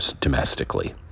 domestically